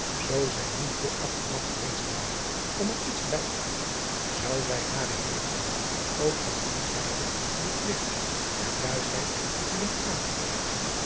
zoo zij niet te afgemat geweest ware om er iets bij te voegen zou zij hare hillegonda ook van die zijde den pligt der kuischheid hebben aangeprezen